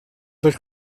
del